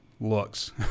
looks